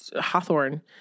Hawthorne